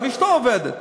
אבל אשתו עובדת,